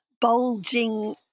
bulging